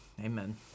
amen